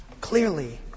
clearly